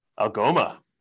Algoma